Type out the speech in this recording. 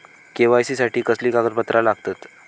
KYC साठी कसली कागदपत्र लागतत?